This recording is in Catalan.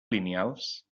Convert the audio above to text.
lineals